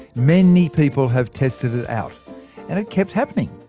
many people have tested it out and it kept happening.